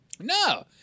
No